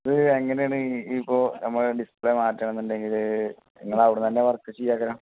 ഇത് എങ്ങനെയാണ് ഇപ്പോൾ നമ്മൾ ഡിസ്പ്ലേ മാറ്റണം എന്ന് ഉണ്ടെങ്കിൽ നിങ്ങൾ അവിടുന്ന് തന്നെ വർക്ക് ചെയ്യുകയാണോ